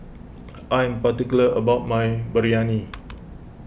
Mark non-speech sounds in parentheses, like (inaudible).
(noise) I am particular about my Biryani